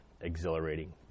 exhilarating